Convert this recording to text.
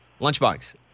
Lunchbox